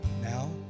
Now